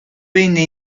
venne